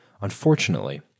Unfortunately